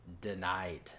Denied